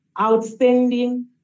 outstanding